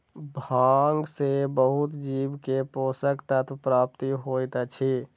भांग सॅ बहुत जीव के पोषक तत्वक प्राप्ति होइत अछि